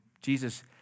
Jesus